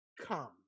come